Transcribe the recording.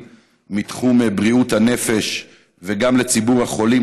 מתחום בריאות הנפש וגם לציבור החולים.